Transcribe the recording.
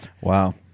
Wow